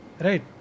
Right